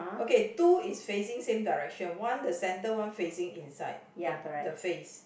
okay two is facing same direction one the centre one facing inside the the face